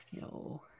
No